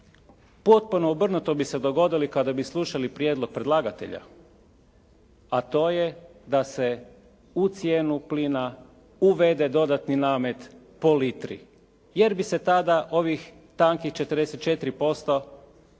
potpuno obrnuto bi se dogodilo kada bi slušali prijedlog predlagatelja a to je da se u cijenu plina uvede dodatni namet po litri jer bi se tada ovih tankih 44%,